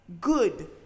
good